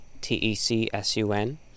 T-E-C-S-U-N